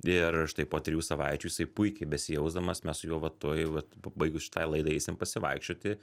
ir štai po trijų savaičių jisai puikiai besijausdamas mes su juo va tuoj vat baigus šitai laidai eisim pasivaikščioti